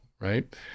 Right